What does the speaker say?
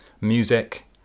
music